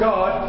God